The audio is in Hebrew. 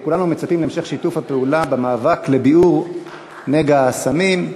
כולנו מצפים להמשך שיתוף הפעולה במאבק לביעור נגע הסמים.